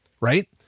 Right